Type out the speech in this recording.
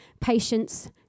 patience